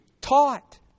taught